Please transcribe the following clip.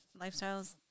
lifestyles